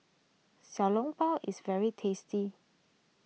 Xiao Long Bao is very tasty